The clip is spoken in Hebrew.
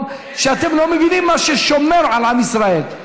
שאתם לא מבינים מה שומר על עם ישראל.